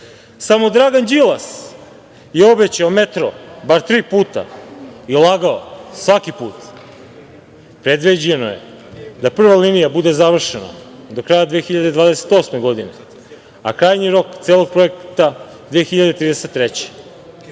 samo Dragan Đilas je obećao metro bar tri puta i lagao svaki put. Predviđeno je da prva linija bude završena do kraja 2028. godine, a krajnji rok celog projekta 2033.